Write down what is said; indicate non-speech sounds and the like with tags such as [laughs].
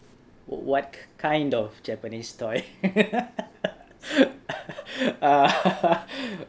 what kind of japanese toy [laughs]